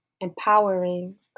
empowering